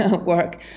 work